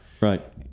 Right